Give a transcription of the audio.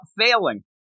failing